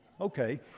okay